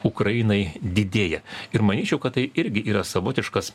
ukrainai didėja ir manyčiau kad tai irgi yra savotiškas